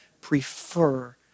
prefer